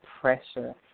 pressure